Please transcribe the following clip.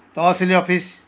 ତହସିଲ office